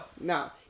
No